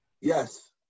Yes